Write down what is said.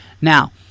Now